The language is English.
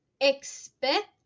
expect